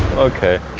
okay